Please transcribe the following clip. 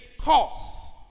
cost